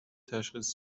تشخیص